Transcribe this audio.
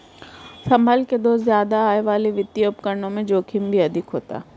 संभल के दोस्त ज्यादा आय वाले वित्तीय उपकरणों में जोखिम भी अधिक होता है